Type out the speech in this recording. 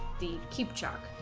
the keep shock